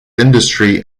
industry